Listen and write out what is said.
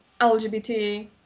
LGBT